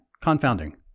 confounding